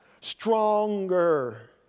Stronger